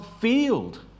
field